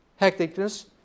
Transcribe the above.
hecticness